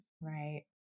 Right